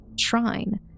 shrine